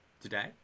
today